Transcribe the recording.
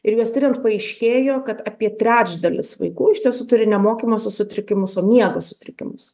ir juos tiriant paaiškėjo kad apie trečdalis vaikų iš tiesų turi ne mokymosi sutrikimus o miego sutrikimus